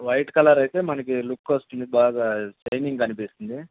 white colour అయితే మనకి look వస్తుంది బాగా షైనింగ్ కనిపిస్తుంది